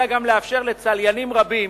אלא גם לאפשר לצליינים רבים,